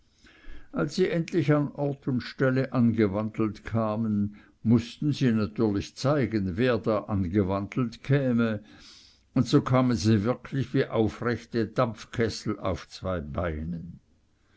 als sie endlich an ort und stelle angewandelt kamen mußten sie natürlich zeigen wer da angewandelt käme und so kamen sie wirklich wie aufrechte dampfkessel auf zwei beinen